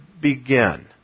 begin